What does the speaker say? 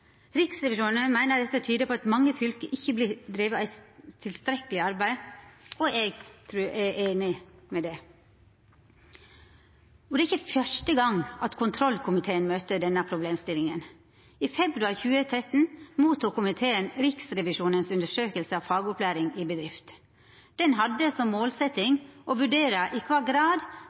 Riksrevisjonen meiner dette tyder på at mange fylke ikkje driv eit tilstrekkeleg arbeid – og eg trur eg er einig i det. Det er ikkje første gong kontrollkomiteen møter denne problemstillinga. I februar 2013 tok komiteen imot Riksrevisjonens undersøking av fagopplæring i bedrift. Undersøkinga hadde som målsetjing å vurdera i kva grad